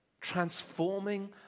Transforming